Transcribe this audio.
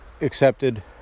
accepted